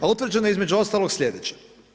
A utvrđeno je između ostalog sljedeće.